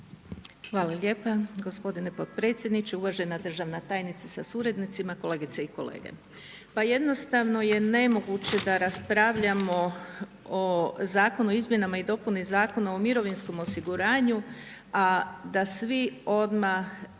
Hvala lijepa gospodine podpredsjedniče, uvažena državna tajnice sa suradnicima, kolegice i kolege. Pa jednostavno je nemoguće da raspravljamo o zakonu o izmjenama i dopuni Zakona o mirovinskom osiguranju, a da svi odmah